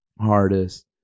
hardest